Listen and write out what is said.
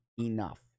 enough